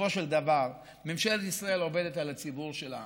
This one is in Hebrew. בסופו של דבר ממשלת ישראל עובדת על הציבור שלה.